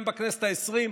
גם בכנסת העשרים,